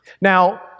Now